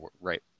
right